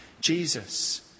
Jesus